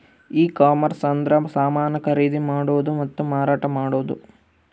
ಈ ಕಾಮರ್ಸ ಅಂದ್ರೆ ಸಮಾನ ಖರೀದಿ ಮಾಡೋದು ಮತ್ತ ಮಾರಾಟ ಮಾಡೋದು